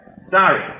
Sorry